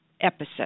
episode